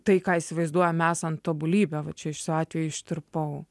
tai ką įsivaizduojam esant tobulybe va čia šiuo atveju ištirpau